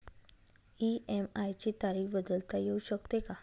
EMI ची तारीख बदलता येऊ शकते का?